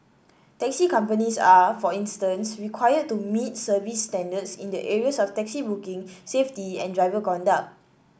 taxi companies are for instance required to meet service standards in the areas of taxi booking safety and driver conduct